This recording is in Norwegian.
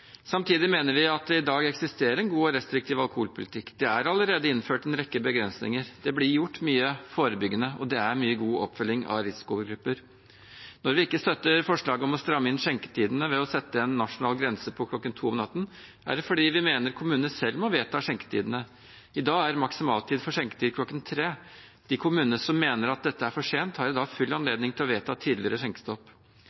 Samtidig mener vi at det i dag eksisterer en god og restriktiv alkoholpolitikk. Det er allerede innført en rekke begrensninger. Det blir gjort mye forebyggende, og det er mye god oppfølging av risikogrupper. Når vi ikke støtter forslaget om å stramme inn skjenketidene ved å sette en nasjonal grense til kl. 2 om natten, er det fordi vi mener kommunene selv må vedta skjenketidene. I dag er maksimaltid for skjenketid kl. 3. De kommunene som mener at dette er for sent, har i dag full